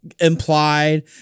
implied